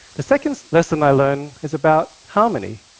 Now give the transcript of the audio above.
the second lesson i learned is about harmony.